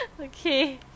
Okay